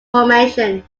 formation